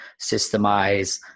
systemize